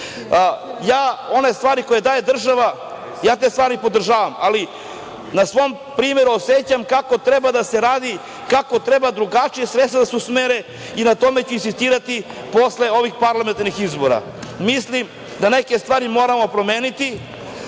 ja one stvari koje daje država, ja te stvari podržavam, ali na svom primeru osećam kako treba da se radi, kako treba drugačije sredstva da se usmere i na tome ću insistirati posle ovih parlamentarnih izbora. Mislim da neke stvari moramo promeniti,